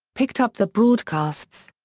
picked up the broadcasts.